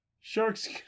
Sharks